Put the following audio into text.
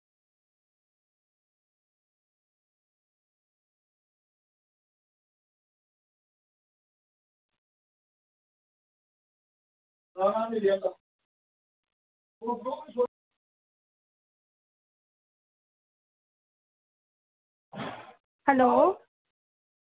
hello